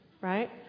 Right